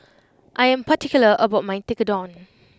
I am particular about my Tekkadon